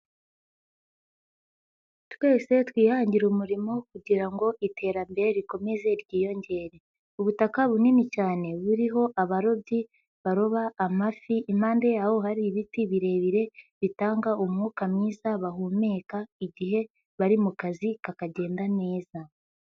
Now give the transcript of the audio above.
Twese twihangire umurimo kugira ngo iterambere rikomeze ryiyongere, ubutaka bunini cyane buriho abarobyi baroba amafi, impande y'aho hari ibiti birebire bitanga umwuka mwiza bahumeka igihe bari mu kazi kakagenda neza.